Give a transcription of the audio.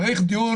צריך דיון